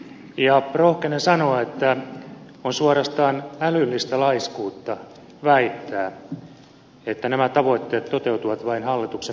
rohkenen sanoa että on suorastaan älyllistä laiskuutta väittää että nämä tavoitteet toteutuvat vain hallituksen peruskuntamallissa